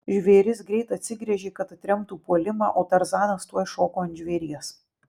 žvėris greit atsigręžė kad atremtų puolimą o tarzanas tuoj šoko ant žvėries